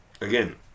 again